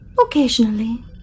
Occasionally